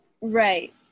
right